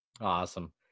Awesome